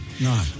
no